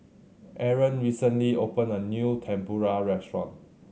Arron recently opened a new Tempura restaurant